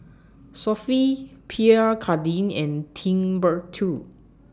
Sofy Pierre Cardin and Timbuk two